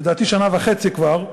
לדעתי שנה וחצי כבר,